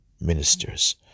ministers